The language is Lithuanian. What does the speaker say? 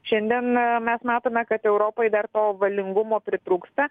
šiandien mes matome kad europai dar to valingumo pritrūksta